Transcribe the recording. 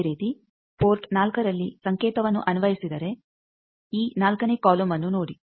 ಅದೇ ರೀತಿ ಪೋರ್ಟ್ 4ರಲ್ಲಿ ಸಂಕೇತವನ್ನು ಅನ್ವಯಿಸಿದರೆ ಈ 4ನೇ ಕಾಲಮ್ ಅನ್ನು ನೋಡಿ